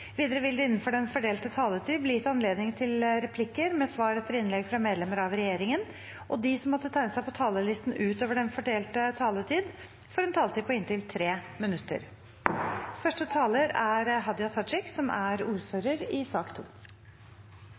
Videre vil det – innenfor den fordelte taletid – bli gitt anledning til replikker med svar etter innlegg fra medlemmer av regjeringen, og de som måtte tegne seg på talerlisten utover den fordelte taletid, får en taletid på inntil 3 minutter. Koronakrisen har vært og er